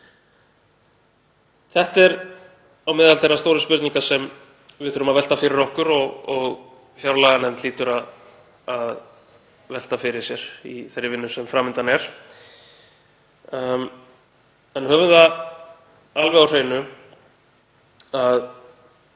Þetta eru þær stóru spurningar sem við þurfum að velta fyrir okkur og fjárlaganefnd hlýtur að velta fyrir sér í þeirri vinnu sem fram undan er. Höfum það alveg á hreinu að